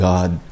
God